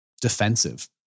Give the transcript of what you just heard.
defensive